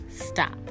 stop